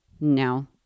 no